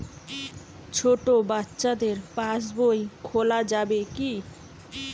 ছোট বাচ্চাদের পাশবই খোলা যাবে কি?